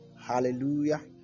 Hallelujah